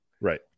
Right